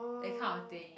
that kind of thing